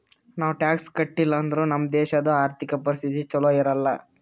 ನಾವ್ ಟ್ಯಾಕ್ಸ್ ಕಟ್ಟಿಲ್ ಅಂದುರ್ ನಮ್ ದೇಶದು ಆರ್ಥಿಕ ಪರಿಸ್ಥಿತಿ ಛಲೋ ಇರಲ್ಲ